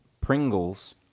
Pringles